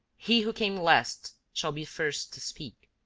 he who came last shall be first to speak.